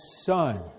son